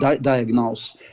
diagnose